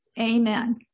Amen